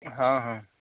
हाँ हाँ